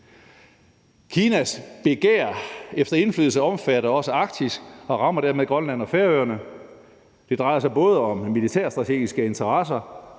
Kinas begær efter indflydelse omfatter også Arktis og rammer dermed Grønland og Færøerne, og det drejer sig både om militærstrategiske interesser,